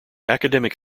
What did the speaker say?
academic